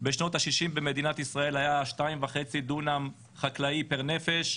בשנות ה-60' במדינת ישראל היו 2.5 דונם חקלאי פר נפש.